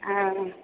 ହଁ